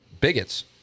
bigots